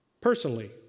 personally